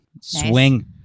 Swing